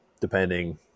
depending